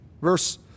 verse